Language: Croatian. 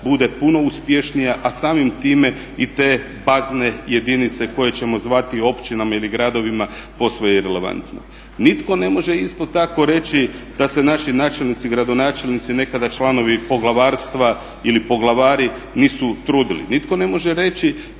bude puno uspješnija, a samim time i te bazne jedinice koje ćemo zvati općinama ili gradovima posve je relevantno. Nitko ne može isto tako reći da se naši načelnici, gradonačelnici nekada članovi poglavarstva ili poglavari nisu trudili. Nitko ne može reći